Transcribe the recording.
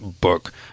book